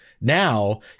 Now